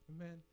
amen